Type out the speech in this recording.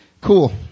Cool